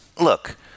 look